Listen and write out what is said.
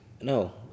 No